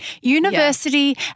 University